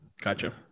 Gotcha